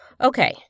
Okay